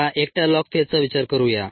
आता एकट्या लॉग फेजचा विचार करूया